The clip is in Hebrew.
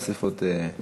נוסיף עוד שתי דקות.